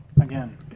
Again